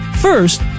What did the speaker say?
First